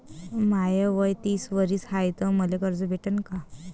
माय वय तीस वरीस हाय तर मले कर्ज भेटन का?